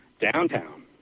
downtown